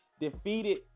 defeated